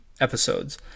episodes